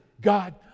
God